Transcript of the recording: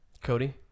Cody